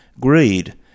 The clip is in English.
greed